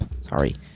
sorry